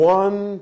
one